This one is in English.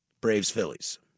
Braves-Phillies